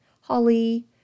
holly